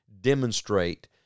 demonstrate